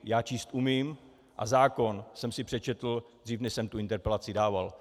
Já číst umím, a zákon jsem si přečetl dřív, než jsem tu interpelaci dával.